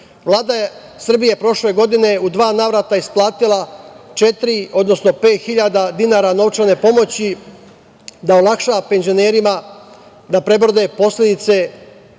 Gore. Vlada Srbije je prošle godine u dva navrata isplatila četiri odnosno pet hiljada dinara novčane pomoći da olakša penzionerima da prebrode posledice